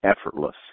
effortless